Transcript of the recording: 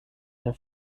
der